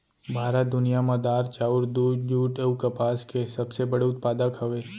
भारत दुनिया मा दार, चाउर, दूध, जुट अऊ कपास के सबसे बड़े उत्पादक हवे